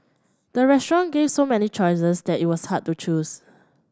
the restaurant gave so many choices that it was hard to choose